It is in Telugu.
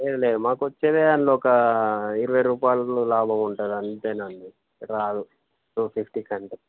లేదు లేదు మాకు వచ్చేది అందులో ఒక ఇరవై రూపాయలు లాభం ఉంటుంది అంతే అండి రాదు టూ ఫిఫ్టీ అండి